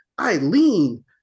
Eileen